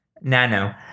nano